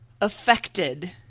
affected